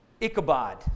Ichabod